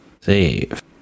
Save